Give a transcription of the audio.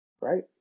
Right